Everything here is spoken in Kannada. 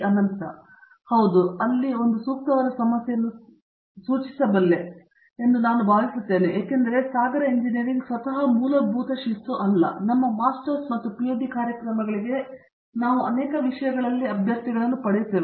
ಅನಂತ ಸುಬ್ರಹ್ಮಣ್ಯನ್ ಹೌದು ನೀವು ಅಲ್ಲಿ ಒಂದು ಸೂಕ್ತವಾದ ಸಮಸ್ಯೆಯನ್ನು ಸೂಚಿಸುತ್ತೀರಿ ಎಂದು ನಾನು ಭಾವಿಸುತ್ತೇನೆ ಏಕೆಂದರೆ ಸಾಗರ ಎಂಜಿನಿಯರಿಂಗ್ ಸ್ವತಃ ಮೂಲಭೂತ ಶಿಸ್ತು ಅಲ್ಲ ಮತ್ತು ನಮ್ಮ ಮಾಸ್ಟರ್ಸ್ ಮತ್ತು ಪಿಎಚ್ಡಿ ಕಾರ್ಯಕ್ರಮಗಳಿಗೆ ನಾವು ಅನೇಕ ವಿಷಯಗಳ ಅಭ್ಯರ್ಥಿಗಳನ್ನು ಪಡೆಯುತ್ತೇವೆ